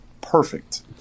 perfect